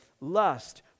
Lust